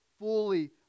fully